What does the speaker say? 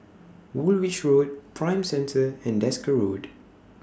Woolwich Road Prime Centre and Desker Road